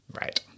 right